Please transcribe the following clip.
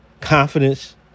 confidence